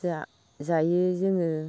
जायो जोङो